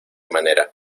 manera